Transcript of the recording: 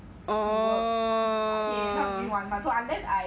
to work they not giving one month so unless I